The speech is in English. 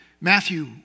Matthew